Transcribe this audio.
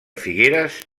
figueres